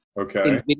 Okay